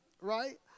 right